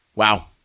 Wow